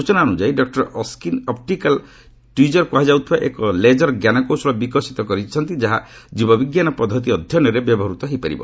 ସୂଚନା ଅନୁଯାୟୀ doctor Ashkin optical tweezer କୁହାଯାଉଥିବା ଏକ ଲେଜର୍ ଜ୍ଞାନକୌଶଳ ବିକଶିତ କରାଇଛନ୍ତି ଯାହା ଜୀବବିଜ୍ଞାନ ପଦ୍ଧତି ଅଧ୍ୟୟନରେ ବ୍ୟବହୃତ ହୋଇପାରିବ